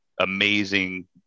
amazing